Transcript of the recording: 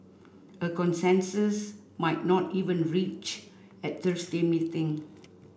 a consensus might not even reached at Thursday meeting